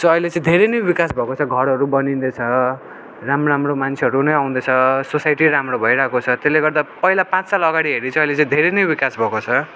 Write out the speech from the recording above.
so अहिले चाहिँ धेरै नै विकास भएको छ घरहरू बनिँदै छ राम्रो राम्रो मान्छेहरू नै आउँदैछ सोसाइटी राम्रो भइरहेको छ त्यसले गर्दा पहिला पाँच साल अगाडि हेरि चाहिँ अहिले चाहिँ धेरै नै विकास भएको छ